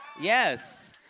Yes